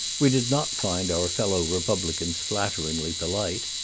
we did not find our fellow-republicans flatteringly polite,